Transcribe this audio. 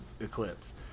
Eclipse